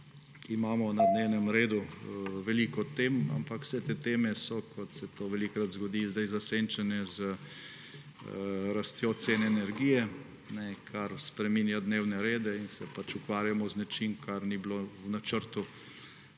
imamo na dnevnem redu veliko tem, ampak vse te teme so, kot se to velikokrat zgodi, zdaj zasenčene z rastjo cen energije, kar spreminja dnevne rede. Tako se ukvarjamo z nečim, kar ni bilo v načrtu